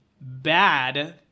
bad